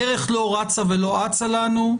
הדרך לא רצה ולא אצה לנו.